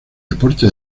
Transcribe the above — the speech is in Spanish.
deporte